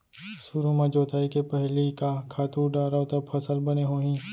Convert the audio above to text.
सुरु म जोताई के पहिली का खातू डारव त फसल बने होही?